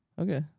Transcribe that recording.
Okay